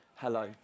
Hello